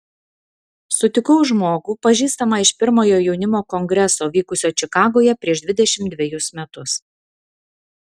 sutikau žmogų pažįstamą iš pirmojo jaunimo kongreso vykusio čikagoje prieš dvidešimt dvejus metus